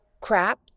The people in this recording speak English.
crap